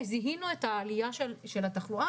שבהן זיהינו את העלייה של התחלואה,